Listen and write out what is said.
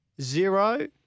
zero